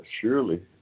surely